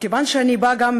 כיוון שאני באה גם,